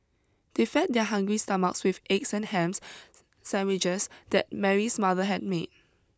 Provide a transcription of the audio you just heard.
they fed their hungry stomachs with the egg and hams sandwiches that Mary's mother had made